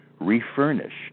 refurnished